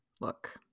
look